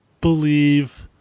believe